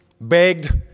begged